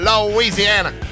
louisiana